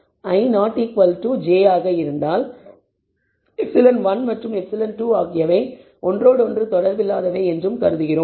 i not equal to j i≠ j ஆக இருந்தால் ε1 மற்றும் ε2 ஆகியவை ஒன்றோடொன்று தொடர்பில்லாதவை என்றும் கருதுகிறோம்